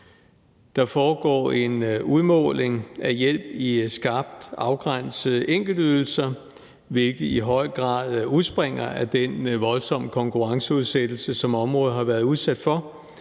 Der foregår en udmåling af hjælp i skarpt afgrænsede enkeltydelser, hvilket i høj grad udspringer af den voldsomme konkurrenceudsættelse, som området har været udsat for,